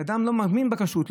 כשאדם לא מאמין בכשרות,